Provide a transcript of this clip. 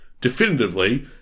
definitively